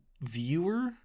viewer